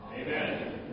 Amen